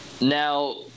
Now